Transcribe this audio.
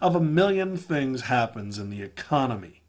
of a million things happens in the economy